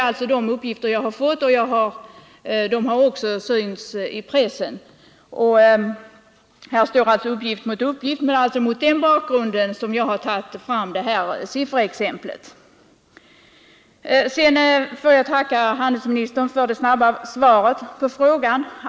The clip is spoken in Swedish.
Dessa uppgifter har jag fått, och de har också synts i pressen. Här står alltså uppgift mot uppgift, och det är mot den bakgrunden jag har tagit fram detta sifferexempel. Jag tackar handelsministern för det snabba svaret på min fråga.